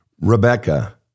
Rebecca